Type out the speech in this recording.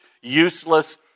useless